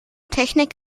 technik